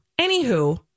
Anywho